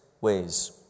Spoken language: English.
ways